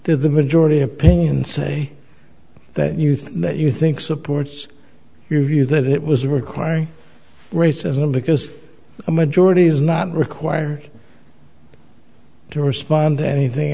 the majority opinion say that you think that you think supports your view that it was requiring racism because a majority is not required to respond to anything